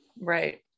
Right